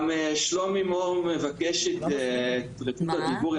גם שלומי מור מבקש את רשות הדיבור.